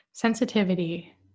Sensitivity